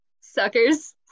suckers